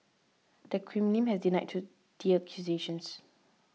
the Kremlin has denied to the accusations